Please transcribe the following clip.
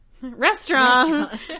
Restaurant